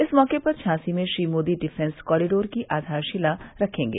इस मौके पर झांसी में श्री मोदी डिफेंस कॉरिडोर की आधारशिला रखेंगे